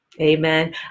Amen